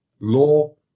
law